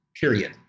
period